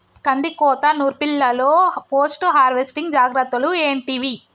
కందికోత నుర్పిల్లలో post harvesting జాగ్రత్తలు ఏంటివి?